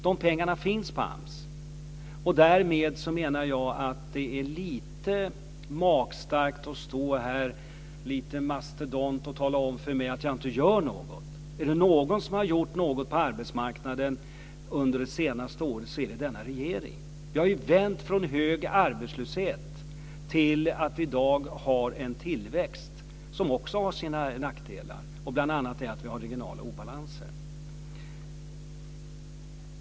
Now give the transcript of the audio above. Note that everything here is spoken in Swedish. De pengarna finns på AMS. Därmed menar jag att det är lite magstarkt att stå här mastodont och tala om för mig att jag inte gör något. Är det någon som har gjort något på arbetsmarknaden under det senaste året är det denna regering. Vi har ju vänt från hög arbetslöshet till tillväxt i dag. Det har också sina nackdelar, bl.a. regionala obalanser.